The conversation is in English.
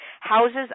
houses